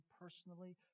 personally